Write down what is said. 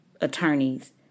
attorneys